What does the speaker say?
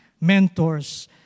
Mentors